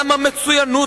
גם המצוינות,